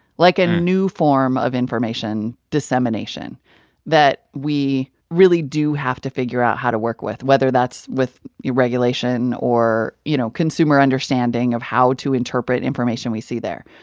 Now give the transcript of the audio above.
like a new form of information dissemination that we really do have to figure out how to work with, whether that's with regulation or, you know, consumer understanding of how to interpret information we see there.